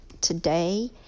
today